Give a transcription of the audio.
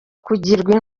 kugirwa